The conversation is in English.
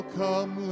come